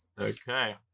Okay